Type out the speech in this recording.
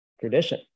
Tradition